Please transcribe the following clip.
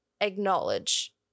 acknowledge